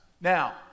Now